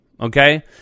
okay